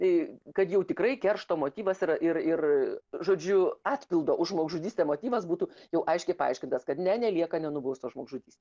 tai kad jau tikrai keršto motyvas yra ir ir žodžiu atpildo už žmogžudystę motyvas būtų jau aiškiai paaiškintas kad ne nelieka nenubaustas žmogžudys